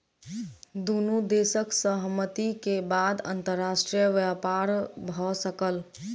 दुनू देशक सहमति के बाद अंतर्राष्ट्रीय व्यापार भ सकल